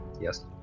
Yes